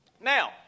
Now